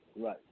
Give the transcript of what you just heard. Right